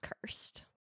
cursed